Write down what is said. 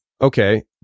Okay